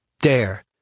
Dare